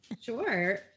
Sure